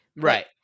right